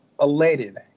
Elated